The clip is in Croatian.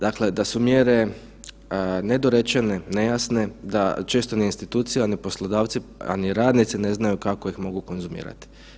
Dakle, da su mjere nedorečene, nejasne, da često ni institucija, ni poslodavci, a ni radnici ne znaju kako ih mogu konzumirati.